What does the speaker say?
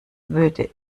würde